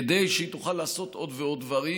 כדי שהיא תוכל לעשות עוד ועוד דברים,